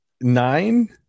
nine